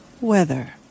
Weather